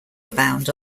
abound